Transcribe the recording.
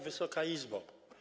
Wysoka Izbo!